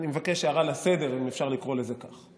אני מבקש הערה לסדר, אם אפשר לקרוא לזה כך.